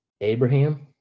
Abraham